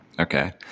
Okay